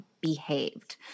behaved